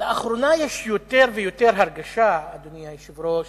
לאחרונה יש יותר ויותר הרגשה, אדוני היושב-ראש,